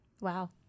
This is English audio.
Wow